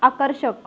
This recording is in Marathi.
आकर्षक